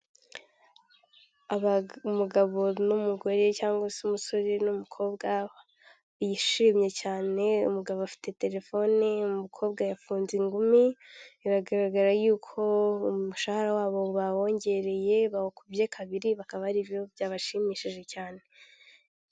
Umugabo n'umugore cyangwa se umusore n'umukobwa bishimye cyane umugabo afite telefone umukobwa yafunze ingumi biragaragara yuko umushahara wabo bawongereye bawukubye kabiri bakaba aribyo byabashimishije cyane.